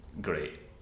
great